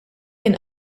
kien